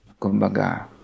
kumbaga